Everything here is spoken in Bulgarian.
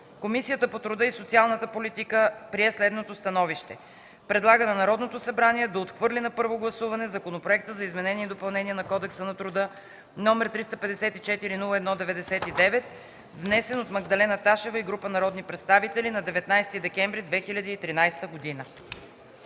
Комисията по труда и социалната политика прие следното становище: Предлага на Народното събрание да отхвърли на първо гласуване Законопроекта за изменение и допълнение на Кодекса на труда, № 354-01-99, внесен от Магдалена Ташева и група народни представители на 19 декември 2013 г.”